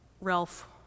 Ralph